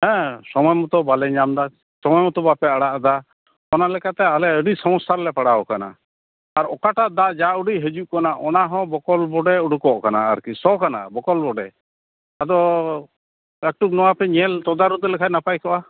ᱦᱮᱸ ᱥᱚᱢᱳᱭ ᱢᱚᱛᱚ ᱵᱟᱞᱮ ᱧᱟᱢ ᱮᱫᱟ ᱥᱚᱢᱳᱭ ᱢᱚᱛᱚ ᱵᱟᱯᱮ ᱟᱲᱟᱜ ᱮᱫᱟ ᱚᱱᱟ ᱞᱮᱠᱟ ᱛᱮ ᱟᱞᱮ ᱟᱹᱰᱤ ᱥᱚᱢᱳᱥᱟ ᱨᱮᱞᱮ ᱯᱟᱲᱟᱣ ᱟᱠᱟᱱᱟ ᱟᱨ ᱚᱠᱟᱴᱟᱜ ᱫᱟᱜ ᱡᱟ ᱩᱰᱤᱡ ᱦᱤᱡᱩᱜ ᱠᱟᱱᱟ ᱚᱱᱟ ᱦᱚᱸ ᱵᱚᱠᱚᱞ ᱵᱚᱰᱮ ᱩᱰᱩᱠᱚᱜ ᱠᱟᱱᱟ ᱟᱨᱠᱤ ᱥᱚ ᱠᱟᱱᱟ ᱵᱚᱠᱚᱞ ᱵᱚᱰᱮ ᱟᱫᱚ ᱮᱠᱴᱩ ᱱᱚᱣᱟ ᱯᱮ ᱛᱚᱫᱟᱨᱳᱫ ᱞᱮᱠᱷᱟᱡ ᱱᱟᱯᱟᱭ ᱠᱚᱜᱼᱟ